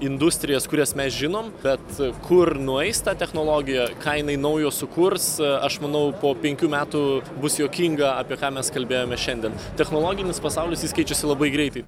industrijas kurias mes žinom bet kur nueis ta technologija ką jinai naujo sukurs aš manau po penkių metų bus juokinga apie ką mes kalbėjome šiandien technologinis pasaulis jis keičiasi labai greitai